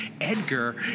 Edgar